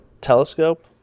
telescope